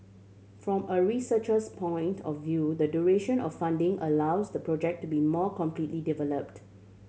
from a researcher's point of view the duration of funding allows the project to be more completely developed